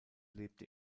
lebte